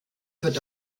wird